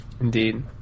Indeed